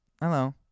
Hello